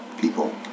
people